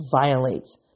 violates